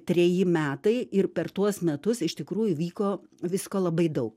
treji metai ir per tuos metus iš tikrųjų vyko visko labai daug